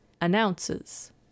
announces